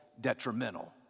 detrimental